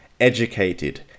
educated